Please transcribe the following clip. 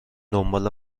دنبال